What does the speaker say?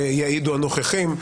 יעידו הנוכחים,